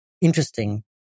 interesting